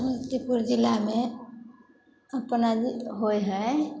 समस्तीपुर जिलामे होइ हइ